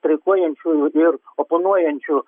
streikuojančiųjų ir oponuojančių